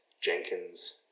Jenkins